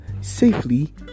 safely